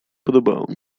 podobało